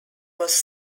was